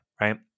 Right